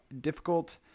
difficult